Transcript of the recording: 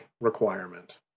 requirement